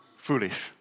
Foolish